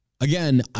again